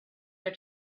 are